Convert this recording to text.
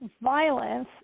Violence